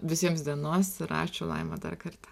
visiems dienos ir ačiū laima dar kartą